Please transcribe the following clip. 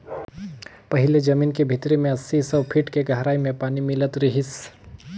पहिले जमीन के भीतरी में अस्सी, सौ फीट के गहराई में पानी मिलत रिहिस